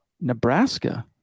Nebraska